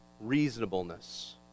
reasonableness